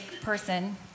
person